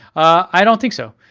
i don't think so.